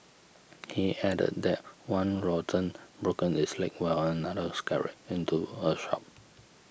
he added that one rodent broken its leg while another scurried into a shop